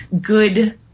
good